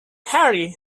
harry